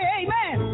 amen